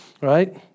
Right